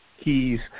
keys